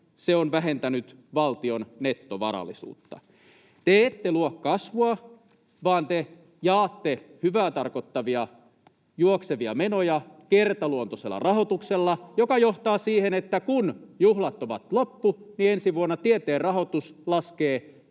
se on vähentänyt valtion nettovarallisuutta. Te ette luo kasvua, vaan te jaatte hyvää tarkoittavia juoksevia menoja kertaluontoisella rahoituksella, [Pia Viitasen välihuuto] joka johtaa siihen, että kun juhlat ovat loppuneet, niin ensi vuonna tieteen rahoitus laskee